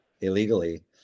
illegally